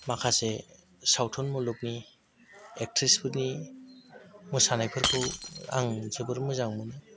माखासे सावथुन मुलुगनि एकट्रिसफोरनि मोसानाय फोरखौ आं जोबोर मोजां मोनो